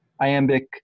iambic